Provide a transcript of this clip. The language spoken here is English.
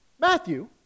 Matthew